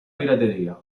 pirateria